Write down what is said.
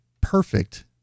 perfect